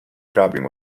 grabbing